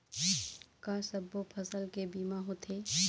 का सब्बो फसल के बीमा होथे?